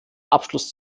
abschluss